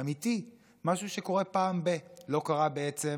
אמיתי, משהו שקורה פעם ב-, לא קרה בעצם